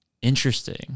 interesting